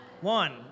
One